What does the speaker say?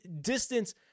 distance